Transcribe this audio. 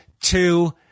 two